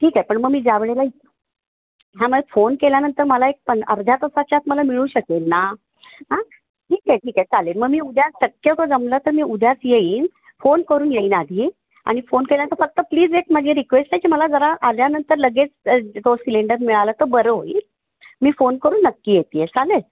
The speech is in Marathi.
ठीक आहे पण मग मी ज्यावेळेला हां मग फोन केल्यानंतर मला एक पण अर्ध्या तासाच्या आत मला मिळू शकेल ना हां ठीक आहे ठीक आहे चालेल मग मी उद्या शक्यतो जमलं तर मी उद्याच येईन फोन करून येईन आधी आणि फोन केल्याचं फक्त प्लीज एक माझी रिक्वेस्ट आहे की मला जरा आल्यानंतर लगेच तो सिलेंडर मिळाला तर बरं होईल मी फोन करून नक्की येते आहे चालेल